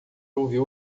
ouvir